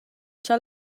cha